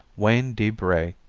wayne d. bray,